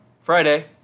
Friday